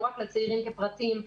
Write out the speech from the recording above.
לא רק לצעירים כפרטים,